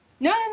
No